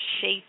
shape